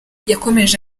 yakomeje